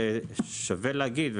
שווה להגיד,